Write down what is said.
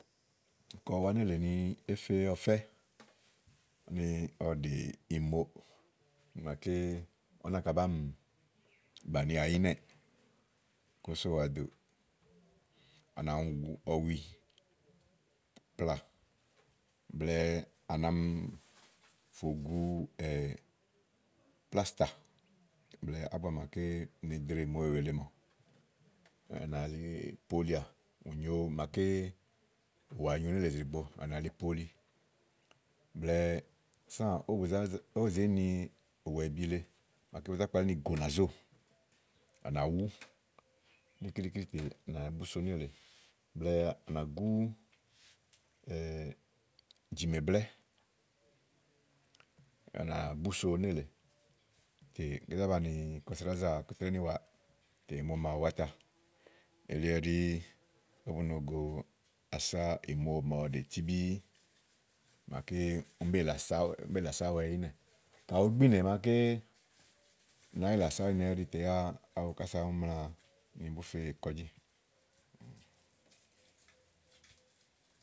ika ù wa nélèe ni èé fe ɔfɛ́, úni ɔwɔ ɖè í mo màaké ɔwɔ náka bá mì bànià ínɛ̀ ko òó so wàa dò, à náa mì wu ɔwi plaà blɛ̀ɛ à nà mi fò gu plástà, blɛ́ɛ ábua màaké ne ɖe ì mi éwù èle màawu, à nà yili polià ù nyo màaké ùwà nyòo nélèe ìzì ɖìigbo à nà yili poli blɛ̀ɛ sãã ówo bù zé ni ùwàèbi le màa bu zá kpalí ni gònàzóò à nà wú ɖiki ɖíkí ɖíkí à búso nélèe blɛ̀ɛ à nà gú jì mèblɛ́ à nà búso nélèe tè ké zá banìi kɔsìɖózà kɔsíɖa ínìwà tè ìmo màawu àáta. Elí ɛɖí ówo bu no. go asá ìmo màa ɔwɔ ɖè tìbìì màaké úni bé yìlè asá wɛ ínɛ̀. kayi ùú gbi nè màaké nàáa yìlè asá ínɛ ɛ́ɖì tè yáá, awu kása úni mla ni kɔ bù fe ékɔ̀jí.